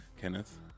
Kenneth